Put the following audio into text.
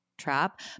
trap